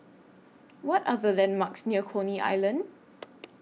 What Are The landmarks near Coney Island